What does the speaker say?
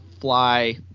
fly